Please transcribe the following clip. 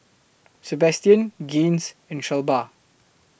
Sabastian Gaines and Shelba